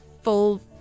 full